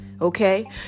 Okay